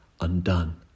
undone